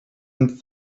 and